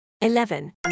Eleven